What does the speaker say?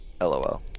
LOL